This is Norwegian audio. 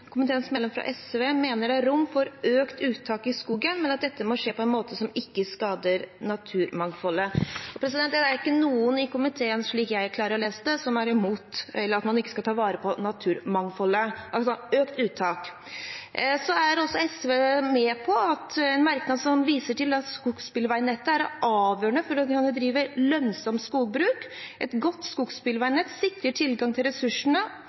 dette må skje på en måte som ikke skader naturmangfoldet.» Det er ikke noen i komiteen, slik jeg klarer å lese det, som er imot at man skal ta vare på naturmangfoldet – altså økt uttak. Så er også SV med på en merknad som viser til at skogsbilveinettet er avgjørende for å kunne drive lønnsomt skogbruk: «Et godt skogsveinett sikrer tilgang til